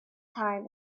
time